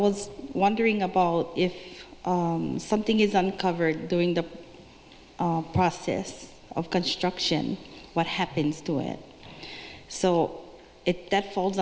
was wondering a ball if something is uncovered during the process of construction what happens to it so if that falls